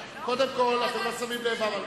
אתם לא שמים לב,